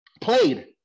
played